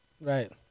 Right